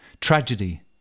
Tragedy